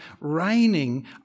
reigning